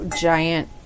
giant